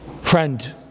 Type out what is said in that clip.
Friend